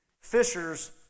fishers